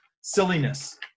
silliness